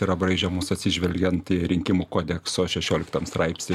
yra braižiamos atsižvelgiant į rinkimų kodekso šešioliktam straipsny